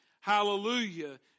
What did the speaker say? Hallelujah